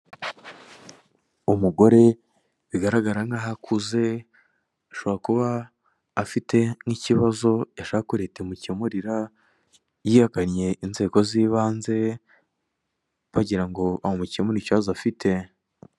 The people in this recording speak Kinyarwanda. Umugore bigaragara nkaho akuze, ashobora kuba afite nk'ikibazo ashaka ko reta imukemurira yagannye inzego z'ibanze, bagira ngo bamukemurire ikibazo afite.